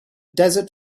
desert